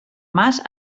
mas